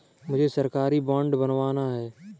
मुझे सरकारी बॉन्ड बनवाना है